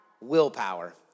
willpower